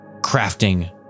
crafting